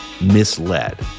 misled